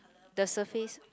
the surface